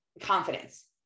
confidence